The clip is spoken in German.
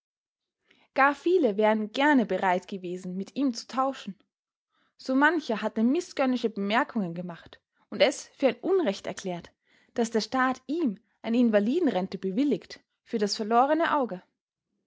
gar viele wären gerne bereit gewesen mit ihm zu tauschen so mancher hatte mißgönnische bemerkungen gemacht und es für ein unrecht erklärt daß der staat ihm eine invalidenrente bewilligt für das verlorene auge